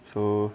so